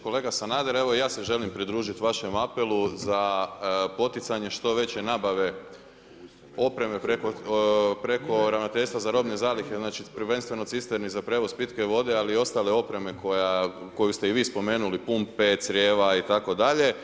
Kolega Sanader, evo i ja se želim pridružiti vašem apelu za poticanje što veće nabave opreme preko ravnateljstva za robne zalihe znači prvenstveno cisterni za prijevoz pitke vode ali i ostale opreme koju ste i vi spomenuli, pumpe, crijeva itd.